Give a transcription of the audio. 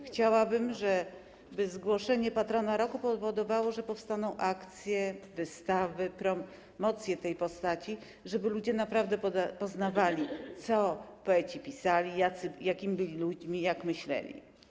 Chciałabym, żeby zgłoszenie patrona roku powodowało, że powstaną akcje, wystawy, promocje tej postaci, żeby ludzie naprawdę poznawali, co poeci pisali, jakimi byli ludźmi, jak myśleli.